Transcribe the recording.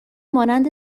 مانند